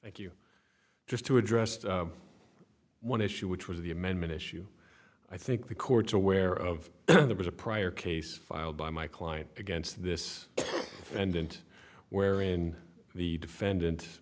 thank you just to address one issue which was the amendment issue i think the court's aware of there was a prior case filed by my client against this and wherein the defendant